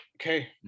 okay